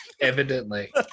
Evidently